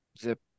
Zip